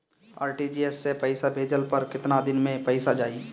RTGS से पईसा भेजला पर केतना दिन मे पईसा जाई?